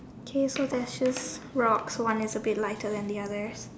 okay there's just rocks so one is a bit lighter than the other